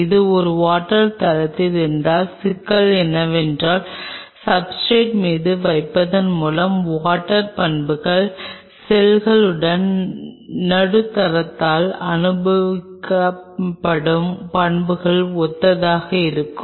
இது ஒரு வாட்டர் தளத்தில் இருந்தால் சிக்கல் என்னவென்றால் சப்ஸ்ர்டேட் மீது வைப்பதன் மூலம் வாட்டர் பண்புகள் செல்களுடன் நடுத்தரத்தால் அனுபவிக்கப்படும் பண்புகளுக்கு ஒத்ததாக இருக்கும்